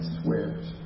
swears